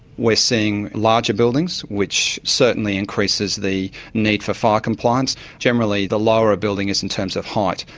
we're seeing larger buildings, which certainly increases the need for fire compliance. generally, the lower a building is in terms of height,